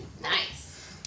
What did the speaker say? nice